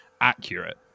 accurate